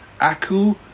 Aku